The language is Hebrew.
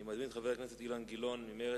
אני מזמין את חבר הכנסת אילן גילאון ממרצ.